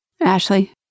Ashley